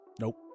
Nope